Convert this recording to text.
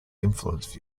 influence